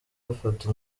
bafata